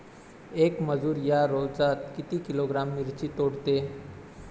येक मजूर या रोजात किती किलोग्रॅम मिरची तोडते?